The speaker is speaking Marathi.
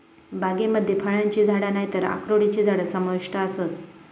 बागेमध्ये फळांची झाडा नायतर अक्रोडची झाडा समाविष्ट आसत